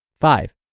Five